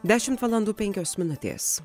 dešimt valandų penkios minutės